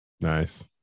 Nice